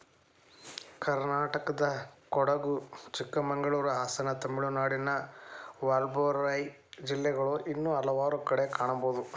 ಕರ್ನಾಟಕದಕೊಡಗು, ಚಿಕ್ಕಮಗಳೂರು, ಹಾಸನ ಮತ್ತು ತಮಿಳುನಾಡಿನ ವಾಲ್ಪಾರೈ ಜಿಲ್ಲೆಗಳು ಇನ್ನೂ ಹಲವಾರು ಕಡೆ ಕಾಣಬಹುದು